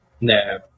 No